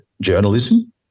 journalism